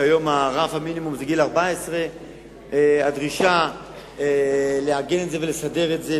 היום הסף זה גיל 14. הדרישה לעגן את זה ולסדר את זה,